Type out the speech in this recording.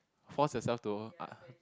force yourself to